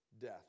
death